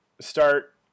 start